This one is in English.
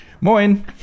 moin